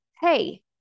hey